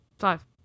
five